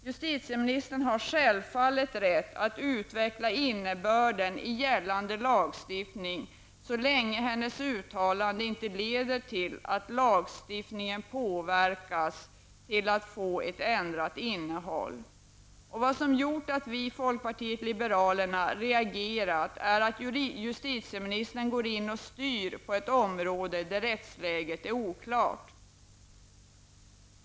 Justitieministern har självfallet rätt att utveckla innebörden i gällande lagstiftning, så länge hennes uttalande inte leder till att lagstiftningen påverkas och får ett ändrat innehåll. Vad som gjort att vi i folkpartiet liberalerna reagerat är, att justitieministern går in och styr på ett område där rättsläget är oklart.